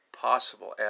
possible